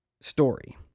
story